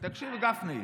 גפני.